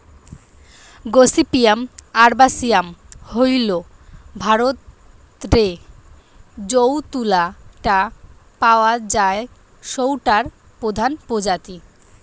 gossypium arboreum হইল ভারতরে যৌ তুলা টা পাওয়া যায় সৌটার প্রধান প্রজাতি